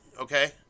Okay